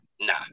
Nah